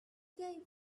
gave